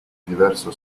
diverso